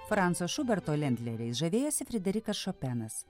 franco šuberto lendleriais žavėjosi frederikas šopenas